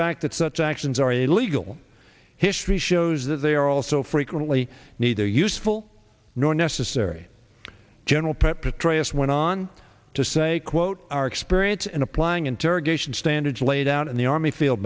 that such actions are a legal history shows that they are also frequently neither useful nor necessary general preparatory us went on to say quote our experience in applying interrogation standards laid out in the army field